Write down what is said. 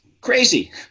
crazy